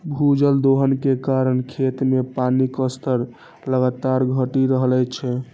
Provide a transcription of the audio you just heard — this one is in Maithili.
भूजल दोहन के कारण खेत मे पानिक स्तर लगातार घटि रहल छै